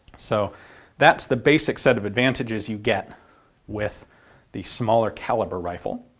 so that's the basic set of advantages you get with the smaller calibre rifle.